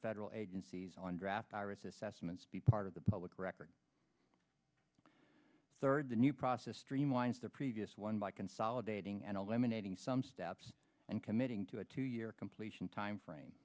federal agencies on draft iris assessments be part of the public record third the new process streamlines the previous one by consolidating and all emanating some steps and committing to a two year completion timeframe